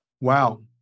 Wow